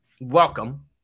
welcome